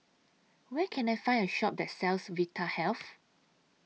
Where Can I Find A Shop that sells Vitahealth